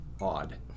odd